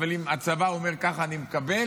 אבל אם הצבא אומר ככה אני מקבל,